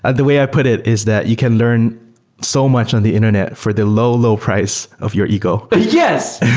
ah the way i put it is that you can learn so much on the internet for the low, low price of your ego yes.